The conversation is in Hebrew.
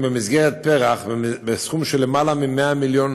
במסגרת פר"ח בסכום של למעלה מ-100 מיליון